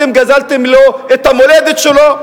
אתם גזלתם לו את המולדת שלו,